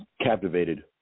captivated